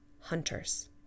hunters